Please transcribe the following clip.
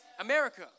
America